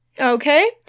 Okay